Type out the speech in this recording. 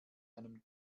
einem